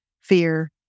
fear